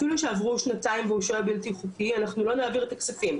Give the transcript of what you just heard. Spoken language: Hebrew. אפילו שעברו שנתיים והוא שוהה בלתי חוקי אנחנו לא נעביר את הכספים,